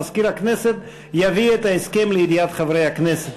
ומזכיר הכנסת יביא את ההסכם לידיעת חברי הכנסת.